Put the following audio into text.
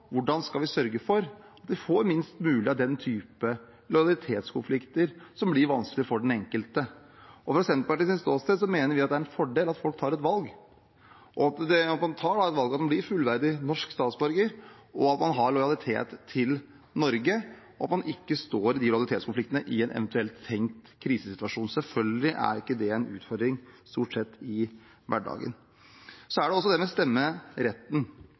Hvordan skal vi sørge for at vi får minst mulig av den type lojalitetskonflikter, som blir vanskelig for den enkelte? Fra Senterpartiets ståsted mener vi at det er en fordel at folk tar et valg, at man tar det valget at man blir fullverdig norsk statsborger, og at man har lojalitet til Norge og ikke kommer i de lojalitetskonfliktene i en eventuell – tenkt – krisesituasjon. Selvfølgelig er ikke dette en utfordring, stort sett, i hverdagen. Så er det det med stemmeretten. Vi har nå en stor mulighet til å få en svensk statsråd som også